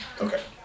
Okay